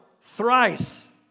thrice